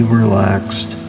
relaxed